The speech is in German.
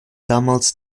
damals